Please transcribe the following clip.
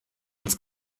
als